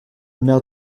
mère